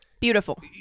beautiful